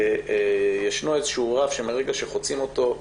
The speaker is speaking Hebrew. שישנו איזשהו רף שמרגע שחוצים אותו,